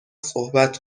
صحبت